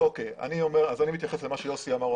אני מתייחס למה שיוסי אמר.